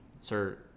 sir